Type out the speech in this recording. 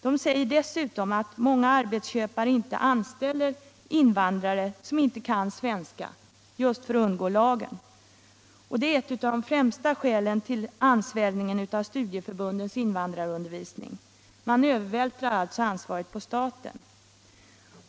De säger dessutom att många arbetsköpare inte anställer invandrare som inte kan svenska, just för att undgå lagen. Och detta är ett av de främsta skälen till ansvällningen av studieförbundens invandrarundervisning. Man övervältrar alltså ansvaret på staten.